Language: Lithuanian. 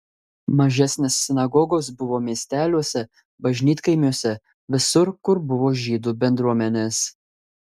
mažesnės sinagogos buvo miesteliuose bažnytkaimiuose visur kur buvo žydų bendruomenės